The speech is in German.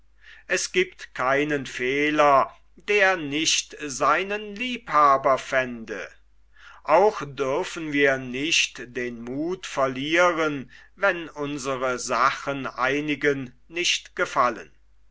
es giebt keinen fehler der nicht seinen liebhaber fände auch dürfen wir nicht den muth verlieren wenn unsre sachen einigen nicht gefallen